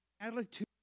attitude